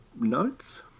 notes